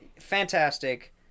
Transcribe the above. fantastic